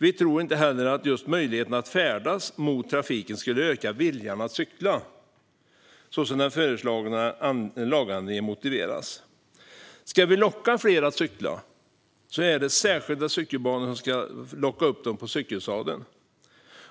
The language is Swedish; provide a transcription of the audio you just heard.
Vi tror inte heller att just möjligheten att färdas mot trafiken skulle öka viljan att cykla, så som den föreslagna lagändringen motiveras. Ska vi locka fler att cykla är det särskilda cykelbanor som ska locka fler upp på cykelsadeln.